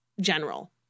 general